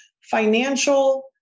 financial